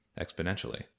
exponentially